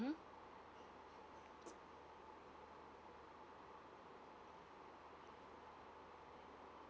hmm